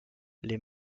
les